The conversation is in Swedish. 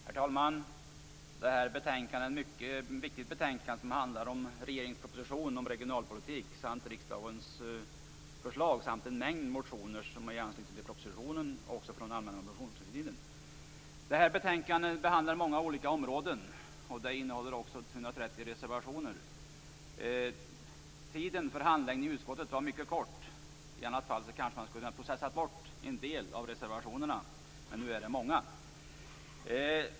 Herr talman! Det här är ett mycket viktigt betänkande, som handlar om regeringens proposition om regionalpolitik, riksdagens revisorers förslag samt en mängd motioner i anslutning till propositionen och från den allmänna motionstiden. I betänkandet behandlas många olika områden. Det innehåller dessutom 130 reservationer. Tiden för handläggningen i utskottet var mycket kort. I annat fall kanske man skulle ha processat bort en del av reservationerna, men nu är de många.